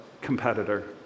competitor